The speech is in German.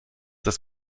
das